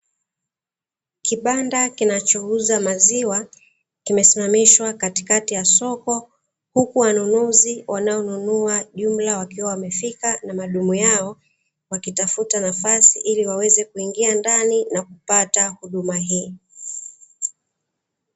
Kibanda kinachouza maziwa kimesimamishwa katikati ya soko, huku wanunuzi wanaonunua jumla wakiwa wamefika na madumu yao, wakitafuta nafasi ili waweze kuingia ndani na kupata huduma hii.